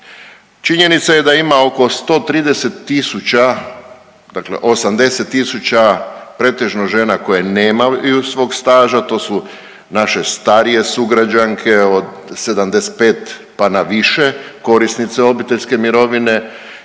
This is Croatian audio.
Činjenica je da ima oko 130 000, dakle 80 000 pretežno žena koje nemaju svog staža. To su naše starije sugrađanke od 75 pa na više korisnice obiteljske mirovine